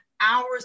hours